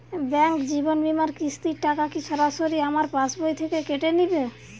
Bank জীবন বিমার কিস্তির টাকা কি সরাসরি আমার পাশ বই থেকে কেটে নিবে?